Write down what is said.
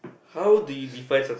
how did you define success